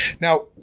Now